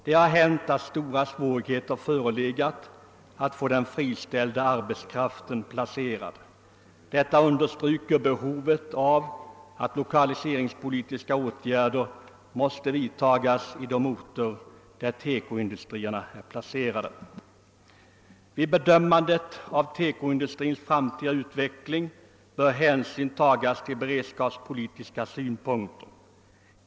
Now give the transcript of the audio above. Det har hänt att stora svårigheter förelegat att få den friställda arbetskraften placerad. Detta understryker behovet av att lokaliseringspolitiska åtgärder vidtas i de orter där TEKO industrierna är placerade. Vid bedömandet av TEKO-industrins framtida utveckling bör hänsyn tas till beredskapspolitiska synpunkter.